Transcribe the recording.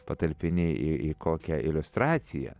patalpini į į kokią iliustraciją